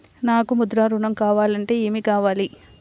నాకు ముద్ర ఋణం కావాలంటే ఏమి కావాలి?